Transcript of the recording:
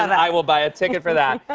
i will buy a ticket for that.